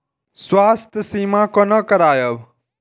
स्वास्थ्य सीमा कोना करायब?